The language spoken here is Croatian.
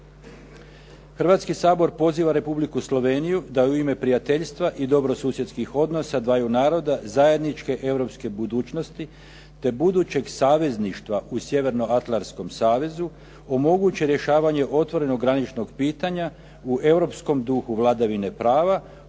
Hrvatski sabor poziva Republiku Sloveniju da u ime prijateljstva i dobrosusjedskih odnosa dvaju naroda zajedničke europske budućnosti te budućeg savezništva u Sjevernoatlanskom savezu omoguće rješavanje otvorenog graničnog pitanja u europskom duhu vladavine prava